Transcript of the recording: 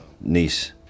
niece